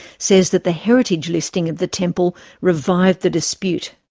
says that the heritage listing of the temple revived the dispute.